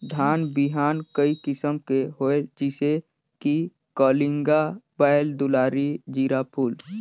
धान बिहान कई किसम के होयल जिसे कि कलिंगा, बाएल दुलारी, जीराफुल?